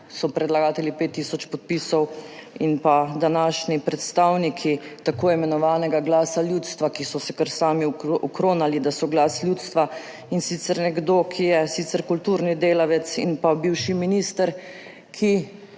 so predlagatelji pet tisoč podpisov in današnji predstavniki tako imenovani Glas ljudstva, ki so se kar sami okronali, da so glas ljudstva, in sicer nekdo, ki je sicer kulturni delavec, in bivši minister, ki